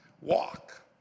walk